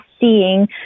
seeing